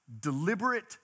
deliberate